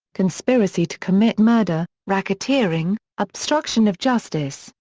conspiracy to commit murder, racketeering, obstruction of justice,